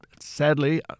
sadly